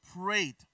Prayed